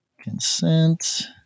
consent